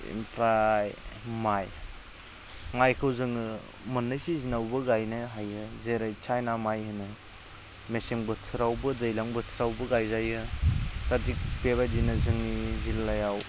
ओमफ्राय माइ माइखौ जोङो मोननै सिजेनावबो गायनो हायो जेरै चाइना माइ होनो मेसें बोथोरावबो दैज्लां बोथोरावबो गायजायो बेबायदिनो जोंनि जिल्लायाव